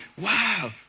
wow